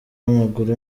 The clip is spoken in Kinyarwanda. w’amaguru